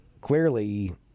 clearly